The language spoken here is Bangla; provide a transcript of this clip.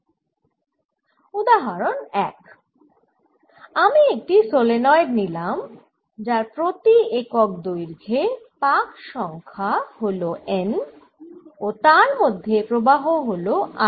উদাহরন 1 আমি একটি সলেনয়েড নিলাম যার প্রতি একক দৈর্ঘ্যে পাকসংখ্যা হল n ও তার মধ্যে প্রবাহ হল I